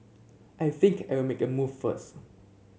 I think I'll make a move first